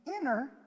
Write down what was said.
inner